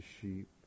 sheep